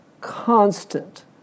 constant